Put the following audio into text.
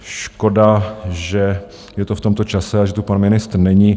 Škoda, že je to v tomto čase a že tu pan ministr není.